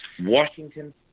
Washington